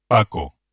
Paco